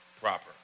proper